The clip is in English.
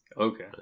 okay